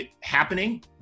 happening